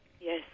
Yes